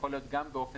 ויכול להיות גם באופן